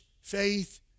faith